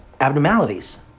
abnormalities